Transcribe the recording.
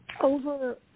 over